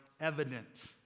evident